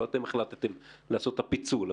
לא אתם החלטתם לעשות את הפיצול.